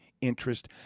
interest